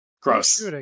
gross